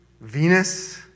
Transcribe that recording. Venus